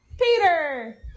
Peter